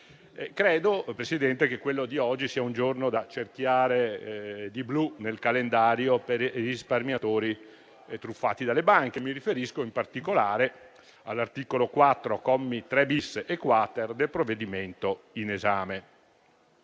che quello di oggi sia un giorno da cerchiare in blu sul calendario per i risparmiatori truffati dalle banche: mi riferisco in particolare all'articolo 4, commi 3-*bis* e *quater*, del provvedimento in esame.